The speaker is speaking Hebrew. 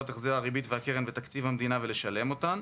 החזר הריבית והקרן בתקציב המדינה ולשלם אותן,